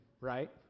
right